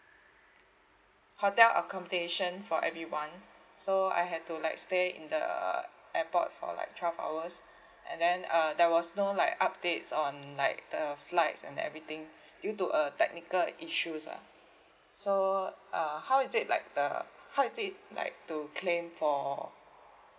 hotel accommodation for everyone so I had to like stay in the airport for like twelve hours and then uh there was no like updates on like the flights and everything due to uh technical issues ah so uh how is it like the how is it like to claim for